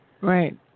Right